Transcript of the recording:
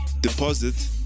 deposit